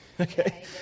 Okay